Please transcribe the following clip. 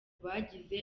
bagize